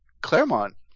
Claremont